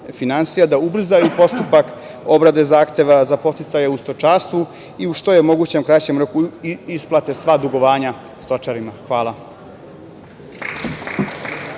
da ubrzaju postupak obrade zahteva za podsticaje u stočarstvu i u što je moguće kraćem roku isplate sva dugovanja stočarima. Hvala.